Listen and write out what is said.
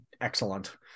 excellent